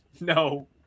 No